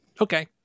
Okay